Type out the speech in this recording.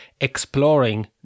exploring